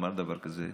אמר דבר כזה,